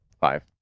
five